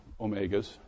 omegas